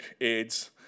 aids